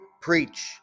preach